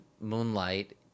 moonlight